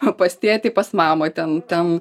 o pas tėtį pas mamą ten ten